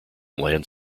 land